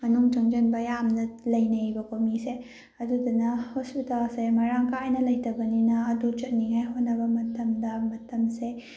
ꯃꯅꯨꯡ ꯆꯪꯁꯤꯟꯕ ꯌꯥꯝꯅ ꯂꯩꯅꯩꯑꯕꯀꯣ ꯃꯤꯁꯦ ꯑꯗꯨꯗꯨꯅ ꯍꯣꯁꯄꯤꯇꯥꯜꯁꯦ ꯃꯔꯥꯡ ꯀꯥꯏꯅ ꯂꯩꯇꯕꯅꯤꯅ ꯑꯗꯨ ꯆꯠꯅꯤꯡꯉꯥꯏ ꯍꯣꯠꯅꯕ ꯃꯇꯝꯗ ꯃꯇꯝꯁꯦ